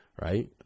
right